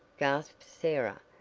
gasped sarah,